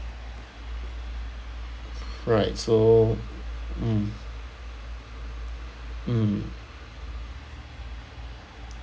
right so mm mm